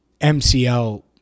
MCL